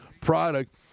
product